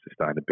sustainability